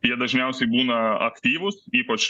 jie dažniausiai būna aktyvūs ypač